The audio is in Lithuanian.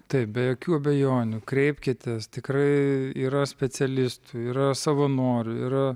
taip be jokių abejonių kreipkitės tikrai yra specialistų yra savanorių yra